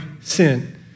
sin